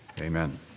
Amen